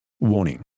warning